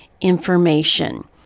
information